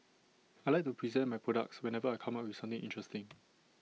I Like to present my products whenever I come up with something interesting